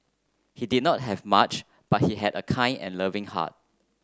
he did not have much but he had a kind and loving heart